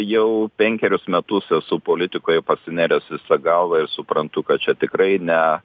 jau penkerius metus esu politikoje pasinėręs visa galva ir suprantu kad čia tikrai ne